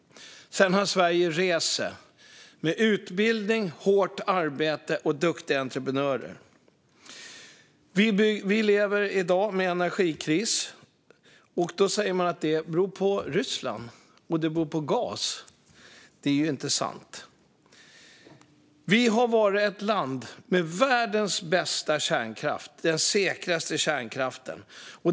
Sedan har Sverige rest sig genom utbildning, hårt arbete och duktiga entreprenörer. Vi lever i dag med en energikris. Då säger man att det beror på Ryssland och på gasen. Det är inte sant. Vi har varit ett land med världens bästa kärnkraft - den säkraste kärnkraften.